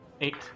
Eight